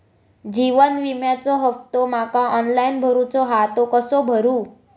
जीवन विम्याचो हफ्तो माका ऑनलाइन भरूचो हा तो कसो भरू?